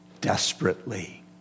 desperately